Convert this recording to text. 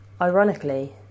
Ironically